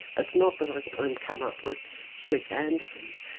it's not that i and come up with slick answers,